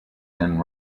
been